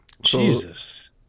jesus